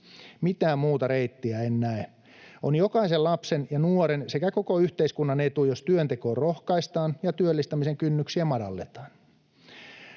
Mitään muuta reittiä en näe. On jokaisen lapsen ja nuoren sekä koko yhteiskunnan etu, jos työntekoon rohkaistaan ja työllistämisen kynnyksiä madalletaan.